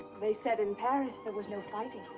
they said in paris there was no fighting.